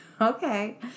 Okay